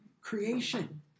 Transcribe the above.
Creation